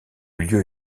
lieu